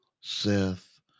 Seth